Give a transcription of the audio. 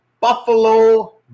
Buffalo